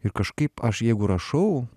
ir kažkaip aš jeigu rašau